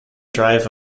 drive